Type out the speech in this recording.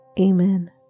Amen